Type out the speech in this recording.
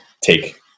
take